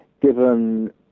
Given